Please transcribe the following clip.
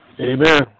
Amen